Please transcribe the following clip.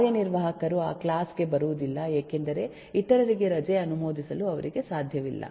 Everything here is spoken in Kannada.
ಕಾರ್ಯನಿರ್ವಾಹಕರು ಆ ಕ್ಲಾಸ್ ಗೆ ಬರುವುದಿಲ್ಲ ಏಕೆಂದರೆ ಇತರರಿಗೆ ರಜೆ ಅನುಮೋದಿಸಲು ಅವರಿಗೆ ಸಾಧ್ಯವಿಲ್ಲ